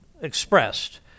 expressed